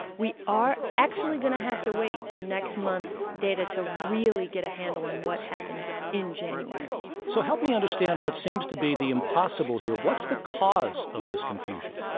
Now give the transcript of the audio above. we are actually going to have to wait for next month's data to really get a handle on what happened in january. so help me understand what seems to be the impossible here what's the cause of this confusion?